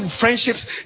friendships